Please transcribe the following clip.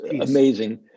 amazing